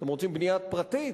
אתם רוצים בנייה פרטית,